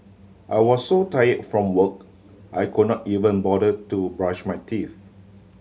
I was so tired from work I could not even bother to brush my teeth